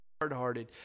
hard-hearted